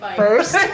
first